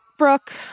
Brooke